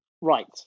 Right